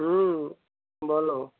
হুম বলো